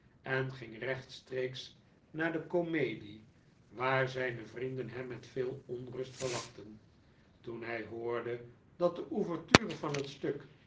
en ging rechtstreeks naar de komedie waar zijne vrienden hem met veel onrust verwachtten toen hij hoorde dat de ouverture van het stuk